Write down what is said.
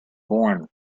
born